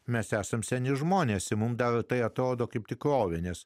mes esam seni žmonės mums daro tai atrodo kaip tikrovė nes